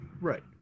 Right